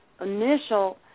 initial